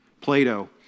Plato